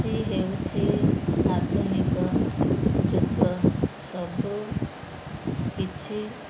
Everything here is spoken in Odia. ଆଜି ହେଉଛି ଆଧୁନିକ ଯୁଗ ସବୁ କିଛି